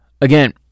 again